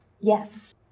yes